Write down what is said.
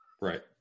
right